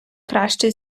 краще